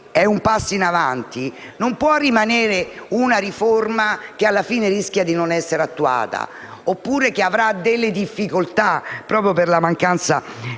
è un passo in avanti, non può rimanere una riforma che alla fine rischia di non essere attuata o che avrà delle difficoltà proprio per la mancanza